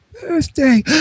birthday